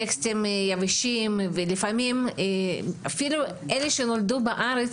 טקסטים יבשים ולפעמים אפילו אלה שנולדו בארץ